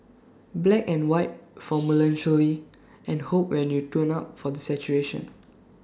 black and white for melancholy and hope when you turn up for the saturation